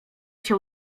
się